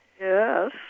Yes